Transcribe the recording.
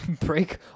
break